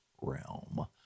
realm